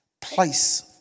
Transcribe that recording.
place